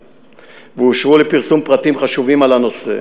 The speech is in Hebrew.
ואושרו לפרסום פרטים חשובים על הנושא.